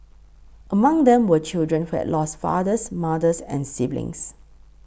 among them were children who has lost fathers mothers and siblings